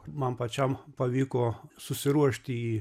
man pačiam pavyko susiruošti į